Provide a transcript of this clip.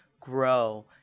grow